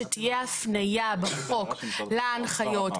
שתהיה הפניה בחוק להנחיות,